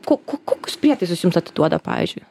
ko ko kokius prietaisus jums atiduoda pavyzdžiui